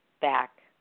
back